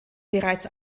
bereits